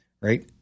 right